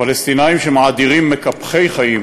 פלסטינים שמאדירים מקפחי-חיים,